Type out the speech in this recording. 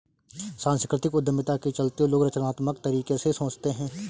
सांस्कृतिक उद्यमिता के चलते लोग रचनात्मक तरीके से सोचते हैं